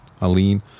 aline